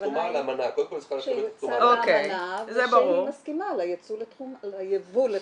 הכוונה היא שיצאה האמנה ושהיא מסכימה לייבוא לתחומה.